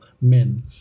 men